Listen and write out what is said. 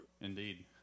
indeed